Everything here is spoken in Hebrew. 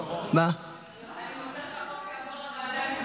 2) (הגבלה על מתן הלוואות במזומן על ידי גופים